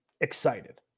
Excited